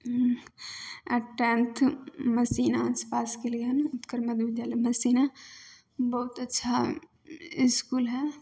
आओर टेन्थ मसीनासँ पास कयलियै हन उत्तकर मध्य विद्यालय मसीना बहुत अच्छा इसकुल हइ